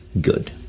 good